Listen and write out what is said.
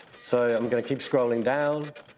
so i'm gonna keep scrolling down.